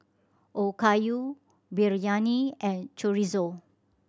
Okayu Biryani and Chorizo